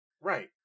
Right